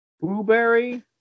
Blueberry